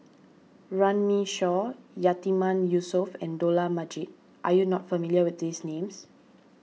Runme Shaw Yatiman Yusof and Dollah Majid are you not familiar with these names